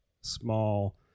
small